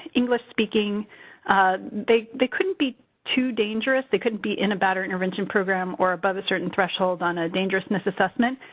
english-speaking. they they couldn't be too dangerous, they couldn't be in a batterer intervention program or above a certain threshold on a dangerousness assessment,